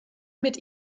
mit